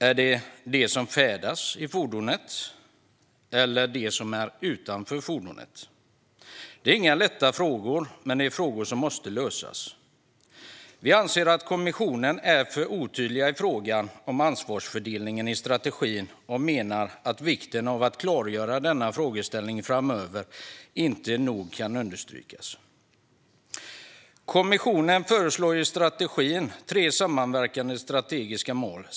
Är det de som färdas i fordonet eller de som är utanför fordonet? Detta är inga lätta frågor, men de måste lösas. Vi anser att kommissionen är för otydlig i frågan om ansvarsfördelning i strategin och menar att vikten av att klargöra denna frågeställning framöver inte nog kan understrykas. Kommissionen föreslår i strategin tre samverkande strategiska mål.